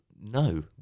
no